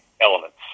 elements